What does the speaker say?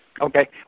Okay